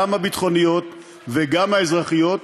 גם הביטחוניות וגם האזרחיות.